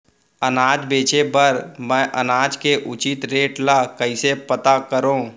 अनाज बेचे बर मैं अनाज के उचित रेट ल कइसे पता करो?